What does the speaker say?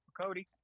Cody